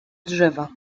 drzewa